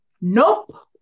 Nope